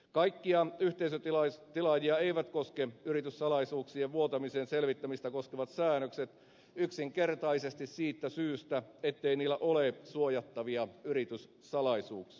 kaikkia yhteisötilaajia eivät koske yrityssalaisuuksien vuotamisen selvittämistä koskevat säännökset yksinkertaisesti siitä syystä ettei niillä ole suojattavia yrityssalaisuuksia